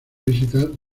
visitar